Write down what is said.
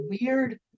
weird